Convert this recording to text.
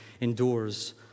endures